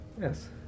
yes